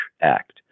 Act